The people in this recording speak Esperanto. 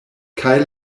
kaj